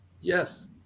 yes